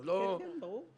כן, ברור.